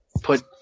put